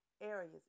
areas